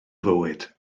fywyd